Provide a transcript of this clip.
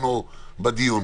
עורכי-הדין.